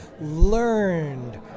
learned